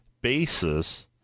basis